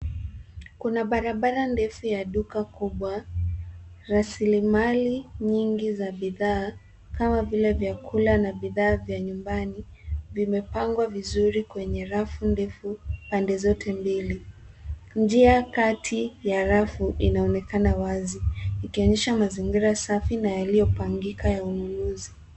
Kuna barabara ndefu ya duka kubwa. Rasilimali nyingi za bidhaa kama vile vyakula na vifaa vya nyumbani, vimepangwa vizuri kwenye rafu ndefu, pande zote mbili. Njia kati ya rafu inaonekana wazi, ikionyesha mazingira safi na yaliyopangika ya ununuzi.